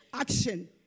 Action